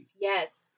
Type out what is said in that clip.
Yes